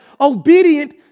obedient